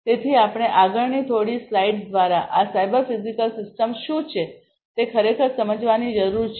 તેથી આપણે આગળની થોડી સ્લાઇડ્સ દ્વારા આ સાયબર ફિઝિકલ સિસ્ટમ્સ શું છે તે ખરેખર સમજવાની જરૂર છે